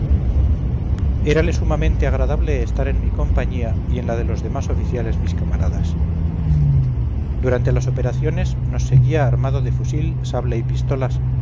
érale sumamente agradable estar en mi compañía y en la de los demás oficiales mis camaradas durante las operaciones nos seguía armado de fusil sable y pistolas